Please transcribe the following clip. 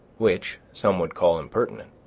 which some would call impertinent,